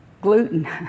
gluten